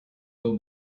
will